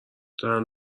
دارن